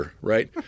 right